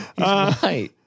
right